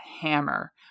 hammer